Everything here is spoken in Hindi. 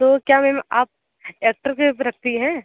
तो क्या मैम आप एक्टर पर रखती हैं